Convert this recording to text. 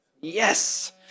yes